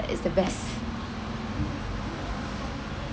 is the best